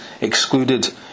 excluded